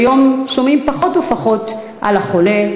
כיום שומעים פחות ופחות על החולה,